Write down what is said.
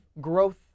Growth